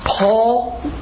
Paul